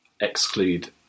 exclude